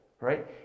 right